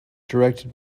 directed